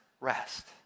rest